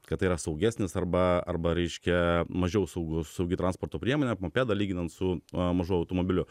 kad tai yra saugesnis arba arba reiškia mažiau saugus saugi transporto priemonė mopedą lyginant su mažu automobiliu